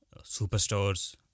superstores